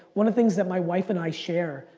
one of the things that my wife and i share,